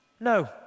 no